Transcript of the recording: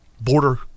border